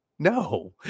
No